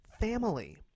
family